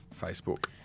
Facebook